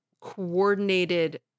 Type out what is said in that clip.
coordinated